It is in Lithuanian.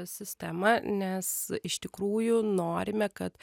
sistemą nes iš tikrųjų norime kad